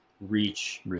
reach